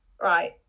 right